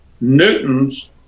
Newton's